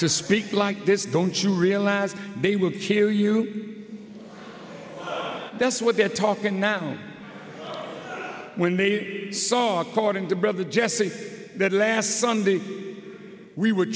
to speak like this don't you realize they will kill you that's what they're talking now when they saw according to brava jesse that last sunday we were